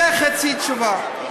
זאת חצי תשובה.